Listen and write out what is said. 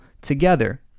together